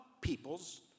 peoples